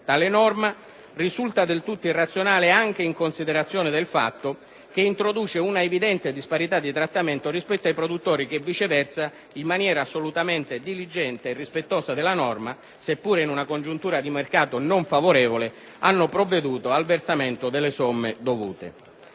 Tale norma risulta del tutto irrazionale anche in considerazione del fatto che introduce una evidente disparità di trattamento rispetto ai produttori che, viceversa, in maniera assolutamente diligente e rispettosa della norma seppure in una congiuntura di mercato non favorevole, hanno provveduto al versamento delle somme dovute.